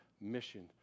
mission